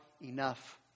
enough